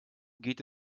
geht